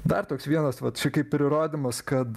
dar toks vienas vat čia kaip ir įrodymas kad